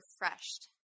refreshed